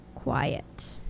quiet